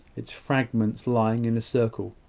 its fragments lying in a circle.